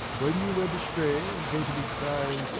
when you went astray, and came to me crying,